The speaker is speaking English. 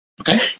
Okay